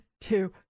two